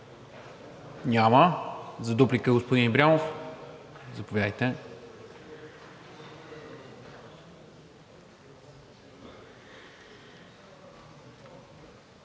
Няма. За дуплика – господин Ибрямов, заповядайте.